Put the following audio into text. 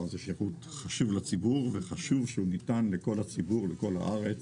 חשוב לציבור ושחשוב שהוא יינתן לכל הארץ